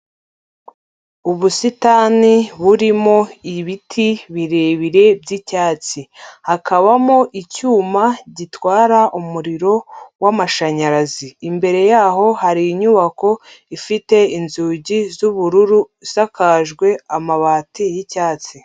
Ubusitani burimo ibiti birebire by'icyatsi, hakabamo icyuma gitwara umuriro w'amashanyarazi, imbere yaho hari inyubako ifite inzugi z'ubururu, isakajwe amabati y'icyatsi.